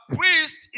priest